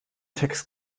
text